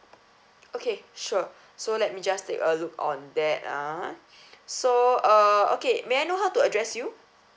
okay sure so let me just take a look on that ah so uh okay may I know how to address you